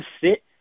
sit